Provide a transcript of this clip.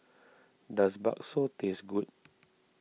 does Bakso taste good